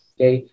Okay